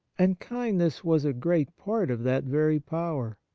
and kindness was a great part of that very power.